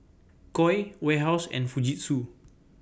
Koi Warehouse and Fujitsu